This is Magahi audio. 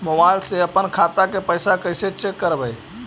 मोबाईल से अपन खाता के पैसा कैसे चेक करबई?